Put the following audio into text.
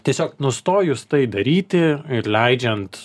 tiesiog nustojus tai daryti ir leidžiant